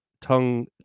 tongue